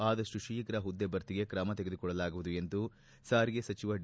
ಆದಪ್ಟು ಶೀಘ್ರ ಹುದ್ದೆಭರ್ತಿಗೆ ಕ್ರಮ ತೆಗೆದುಕೊಳ್ಳಲಾಗುವುದು ಎಂದು ಸಾರಿಗೆ ಸಚಿವ ಡಿ